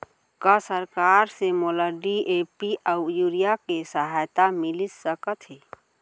का सरकार से मोला डी.ए.पी अऊ यूरिया के सहायता मिलिस सकत हे?